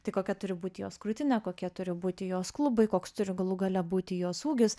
tai kokia turi būti jos krūtinė kokie turi būti jos klubai koks turi galų gale būti jos ūgis